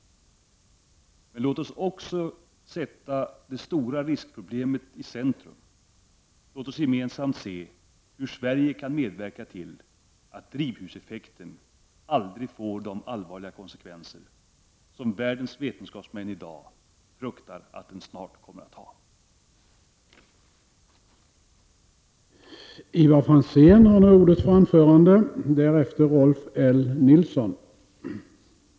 Men låt oss sätta det stora riskproblemet i centrum. Låt oss gemensamt se hur Sverige kan medverka till att drivhuseffekten aldrig får de allvarliga konsekvenser som världens vetenskapsmän i dag fruktar att den snart skall visa sig kunna ha.